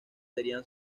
serían